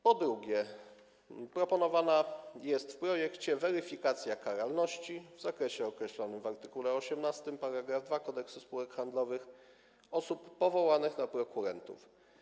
Ponadto proponowana jest w projekcie weryfikacja karalności w zakresie określonym w art. 18 § 2 Kodeksu spółek handlowych osób powołanych na prokurentów.